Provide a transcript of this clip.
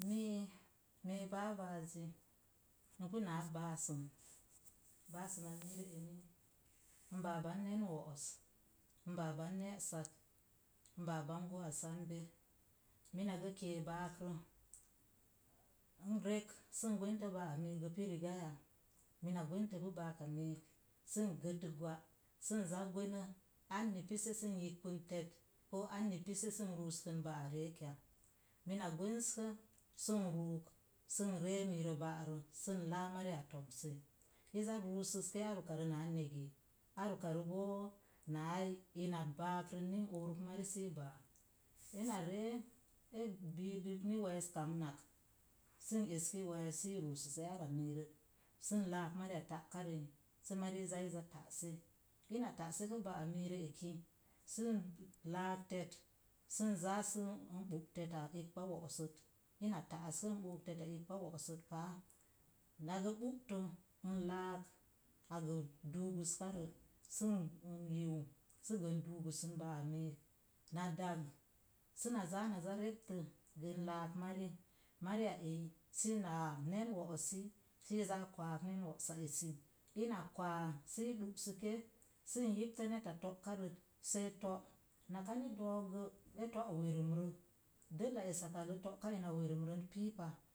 Mii, mii baabaázi. N pu naa báasəm. Báasəma miirə emi, n baaban nən wo'os, n baaban ne̱'sat, n baaban gouwa sambe, minagə kee baakrə, n rek sən gwentə ba'a miik gə pu rigaya? Mina gwentəpu baaka mii sən gətək gwa sən za gwenə anni pise sən yipkpən tet, koo anni pise sən ruuskən ba'a reek ya? Mina sən ruuk sən ree miirə ba’ rə sən laa mariya to̱msəi. Iza rusəske ar ukarə naa ne̱gi, ar uka rə boo naa ina baakrə i ɓo'ok mari sii baan. Ena ree, e biidək ni we̱e̱s kamənak sən esi we̱e̱s sii rusəse ara miirək sən laak mariya ta'karəi sə mari zaa za ta'se. Ina taꞌsepu ba'a miirə eki sən laak te̱t sən zaa sən ɓo’ te̱ta ikkpa wo̱'sət. Ina ta’ sən ɓo te̱ta ikkpa wo̱'sət paa. Nagə ɓu'tə n laak agə duugəskarəz sən yiu səgə n duugəsən ba'a miik. Na dog səna zaa na za reptə gə n laak mari, mariya eyi sənaa nən wo̱'o̱si sii zaa kwaag nən wo̱'sa esi. Ina za kwaa sei i ɗu'səke sən yibta neta to'karət seeto’. Naka ni do̱o̱k gə, e to’ we̱e̱rəmrə. Dəlla esakkal to’ ka ina we̱e̱rumrən pii pa.